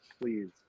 please